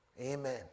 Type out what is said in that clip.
Amen